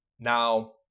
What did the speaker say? Now